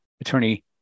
Attorney